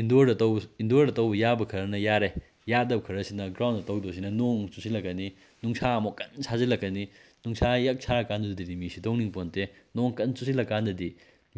ꯏꯟꯗꯣꯔꯗ ꯇꯧꯕꯁꯨ ꯏꯟꯗꯣꯔꯗ ꯇꯧꯕ ꯌꯥꯕ ꯈꯔꯅ ꯌꯥꯔꯦ ꯌꯥꯗꯕ ꯈꯔꯁꯤꯅ ꯒ꯭ꯔꯥꯎꯟꯗ ꯇꯧꯗꯣꯏꯁꯤꯅ ꯅꯣꯡ ꯆꯨꯁꯤꯜꯂꯛꯀꯅꯤ ꯅꯨꯡꯁꯥ ꯑꯃꯨꯛ ꯀꯟꯅ ꯁꯥꯖꯤꯜꯂꯛꯀꯅꯤ ꯅꯨꯡꯁꯥ ꯌꯛ ꯁꯥꯔ ꯀꯥꯟꯗꯨꯗꯗꯤ ꯃꯤꯁꯨ ꯇꯧꯅꯤꯡꯄꯣꯟꯇꯦ ꯅꯣꯡ ꯀꯟꯅ ꯆꯨꯁꯤꯜꯂ ꯀꯥꯟꯗꯗꯤ